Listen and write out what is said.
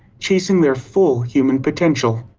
chasing their full human potential?